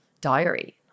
diary